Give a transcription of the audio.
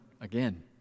again